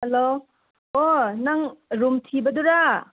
hello ꯑꯣ ꯅꯪ room ꯊꯤꯕꯗꯨꯔꯥ